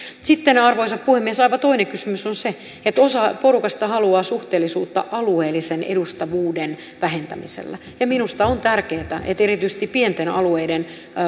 sitten arvoisa puhemies aivan toinen kysymys on se että osa porukasta haluaa suhteellisuutta alueellisen edustavuuden vähentämisellä ja minusta on tärkeää että erityisesti pienten alueiden